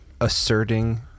asserting